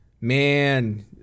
man